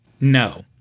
No